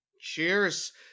Cheers